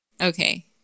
Okay